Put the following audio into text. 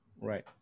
right